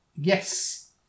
yes